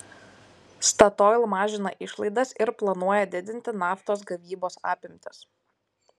statoil mažina išlaidas ir planuoja didinti naftos gavybos apimtis